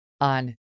on